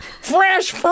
fresh